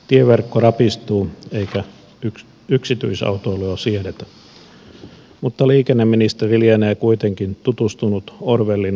tieverkko rapistuu eikä yksityisautoilua siedetä mutta liikenneministeri lienee kuitenkin tutustunut orwellin ajatuksiin